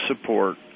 support